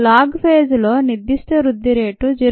log phase లో నిర్ధిష్ట వృద్ధి రేటు 0